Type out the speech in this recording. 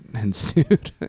ensued